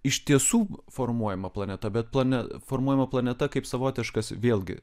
iš tiesų formuojama planeta bet plane formuojama planeta kaip savotiškas vėlgi